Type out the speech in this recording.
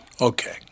Okay